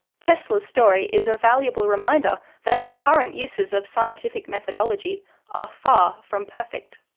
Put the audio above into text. tesla's story is a valuable reminder that our current uses of scientific methodology are far from perfect.